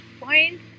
point